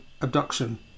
abduction